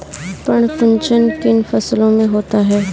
पर्ण कुंचन किन फसलों में होता है?